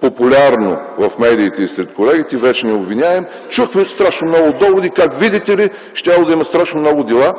популярно в медиите и сред колегите - „вечният обвиняем”, чухме страшно много доводи как, видите ли, щяло да има страшно много дела